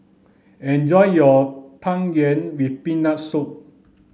enjoy your tang yuen with peanut soup